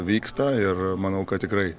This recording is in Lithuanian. vyksta ir manau kad tikrai